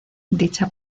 dicha